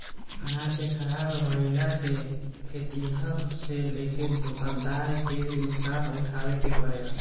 अनाज के ख़राब भईला से खेतिहर से लेके दूकानदार के भी नुकसान उठावे के पड़ेला